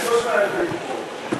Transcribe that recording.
כי אני לא שומע עברית פה.